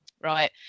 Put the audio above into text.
right